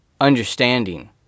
understanding